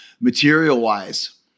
material-wise